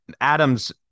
Adams